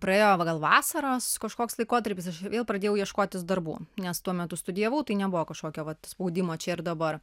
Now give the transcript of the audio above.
praėjo gal vasaros kažkoks laikotarpis aš vėl pradėjau ieškotis darbų nes tuo metu studijavau tai nebuvo kažkokio vat spaudimo čia ir dabar